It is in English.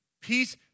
Peace